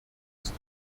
ist